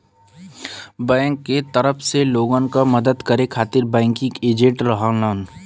bank क तरफ से लोगन क मदद करे खातिर बैंकिंग एजेंट रहलन